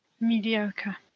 Mediocre